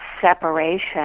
separation